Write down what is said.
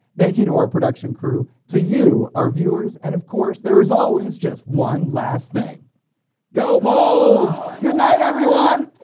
thank you to our production crew to you our viewers and of course there is always just one last thing go bulls! goodnight everyone.